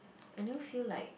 I never feel like